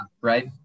Right